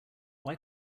why